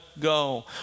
go